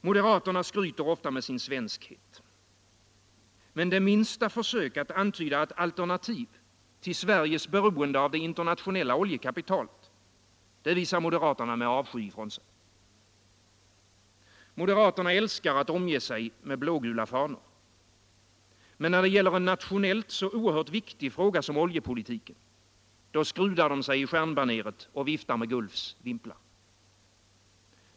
Moderaterna skryter ofta med sin svenskhet. Men det minsta försök att antyda ett alternativ till Sveriges beroende av det internationella oljekapitalet, det visar moderaterna med avsky ifrån sig. Moderaterna älskar att omge sig med blågula fanor. Men när det gäller en nationellt så oerhört viktig fråga som oljepolitiken — då skrudar de sig i stjärnbaneret och viftar med Gulfs vimplar.